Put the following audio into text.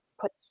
put